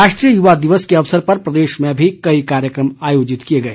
राष्ट्रीय युवा दिवस के अवसर पर प्रदेश में भी कई कार्यक्रम आयोजित किए गए